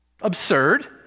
absurd